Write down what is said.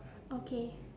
okay